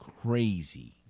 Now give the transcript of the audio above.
crazy